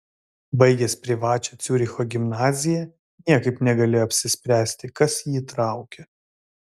baigęs privačią ciuricho gimnaziją niekaip negalėjo apsispręsti kas jį traukia